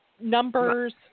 numbers